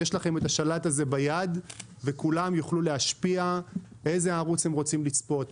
יש לכם השלט הזה ביד וכולם יוכלו להשפיע באיזה ערוץ הם רוצים לצפות,